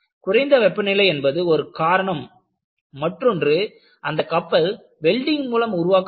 குறைந்த வெப்பநிலை என்பது ஒரு காரணம் மற்றொன்று அந்த கப்பல் வெல்டிங் மூலம் உருவாக்கப்பட்டது